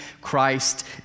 Christ